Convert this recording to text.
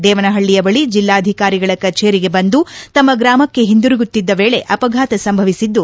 ದೇವನಹಳ್ಳಿಯ ಬಳಿ ಜಿಲ್ಲಾಧಿಕಾರಿಗಳ ಕಚೇರಿಗೆ ಬಂದು ತಮ್ಮ ಗ್ರಾಮಕ್ಕೆ ಹಿಂತಿರುಗುತ್ತಿದ್ದ ವೇಳೆ ಅಪಘಾತ ಸಂಭವಿಸಿದ್ದು